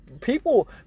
people